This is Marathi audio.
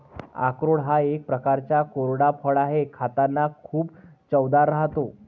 अक्रोड हा एक प्रकारचा कोरडा फळ आहे, खातांना खूप चवदार राहते